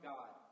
God